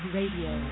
Radio